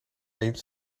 eens